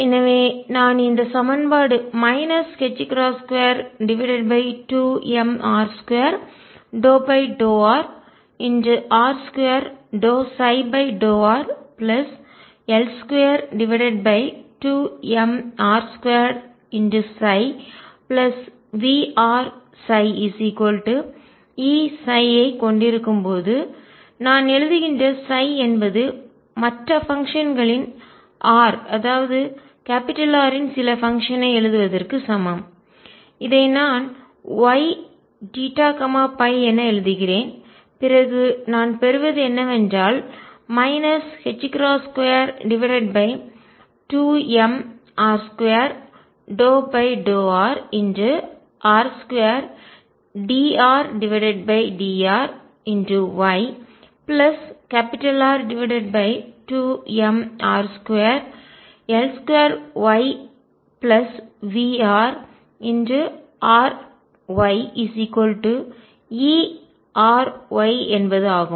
எனவே நான் இந்த சமன்பாடு 22m1r2∂r r2∂rL22mr2VrE ஐ கொண்டிருக்கும்போது நான் எழுதுகின்ற என்பது மற்ற பங்ஷன்னின் r அதாவது R இன் சில பங்ஷன் ஐ எழுதுவதற்கு சமம் இதை நான்Yθϕ என எழுதுகிறேன் பிறகு நான் பெறுவது என்னவென்றால் 22m1r2∂r r2dRdrYR2mr2L2YVrRYERY என்பது ஆகும்